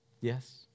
Yes